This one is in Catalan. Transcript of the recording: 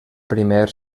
primer